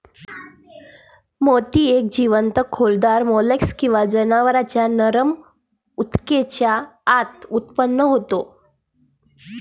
मोती एक जीवंत खोलीदार मोल्स्क किंवा जनावरांच्या नरम ऊतकेच्या आत उत्पन्न होतो